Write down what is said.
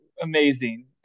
amazing